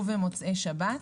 ובמוצאי שבת.